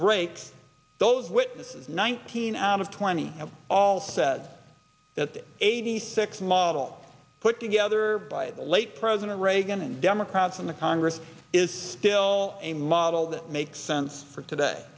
breaks those witnesses nineteen out of twenty all said that the eighty six model put together by the late president reagan and democrats in the congress is still a model that makes sense for today